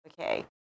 okay